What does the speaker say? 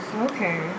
Okay